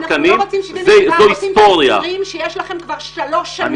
אנחנו לא רוצים 77 תקנים אנחנו רוצים את ה- -- שיש לכם כבר שלוש שנים.